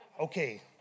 Okay